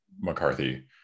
McCarthy